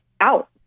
out